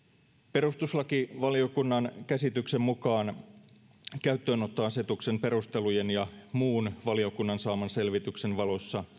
perustuslakivaliokunnan käsityksen mukaan käyttöönottoasetuksen perustelujen ja muun valiokunnan saaman selvityksen valossa